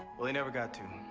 well he never got to.